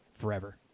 forever